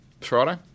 Friday